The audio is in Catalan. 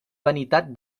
vanitat